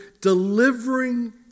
delivering